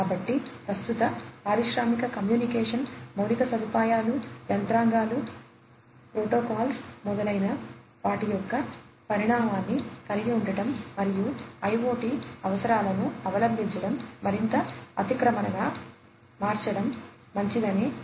కాబట్టి ప్రస్తుత పారిశ్రామిక కమ్యూనికేషన్ మౌలిక సదుపాయాలు యంత్రాంగాలు ప్రోటోకాల్స్ మొదలైన వాటి యొక్క పరిణామాన్ని కలిగి ఉండటం మరియు IoT అవసరాలను అవలంబించడం మరింత అతిక్రమణగా మార్చడం మంచిదనే నేను భావిస్తున్నాను